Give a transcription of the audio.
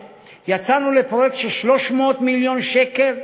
יצאנו לפרויקט של 300 מיליון שקל,